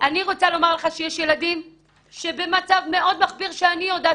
אני רוצה לומר לך שיש ילדים שבמצב מאוד מחפיר שאני יודעת,